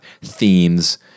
themes